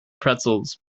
pretzels